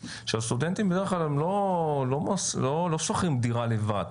סטודנטים הם בדרך כלל לא שוכרים דירה לבד.